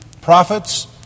prophets